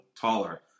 taller